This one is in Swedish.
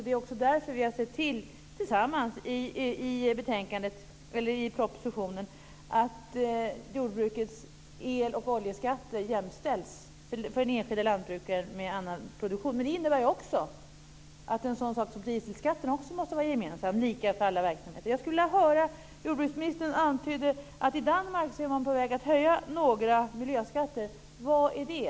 Det är också därför vi har sett till tillsammans i propositionen att jordbrukets el och oljeskatter för den enskilde lantbrukaren jämställs med annan produktion. Men det innebär också att en sådan sak som dieselskatten måste vara gemensam och lika för alla verksamheter. Jordbruksministern antydde att man i Danmark är på väg att höja några miljöskatter. Vad är det?